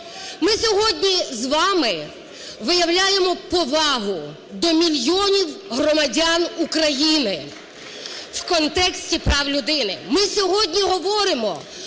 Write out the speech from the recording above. Ми сьогодні з вами виявляємо повагу до мільйонів громадян України в контексті прав людини.